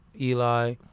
Eli